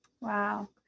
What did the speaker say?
Wow